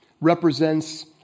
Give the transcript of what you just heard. represents